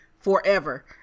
forever